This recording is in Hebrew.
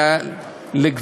שלא